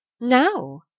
Now